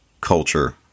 culture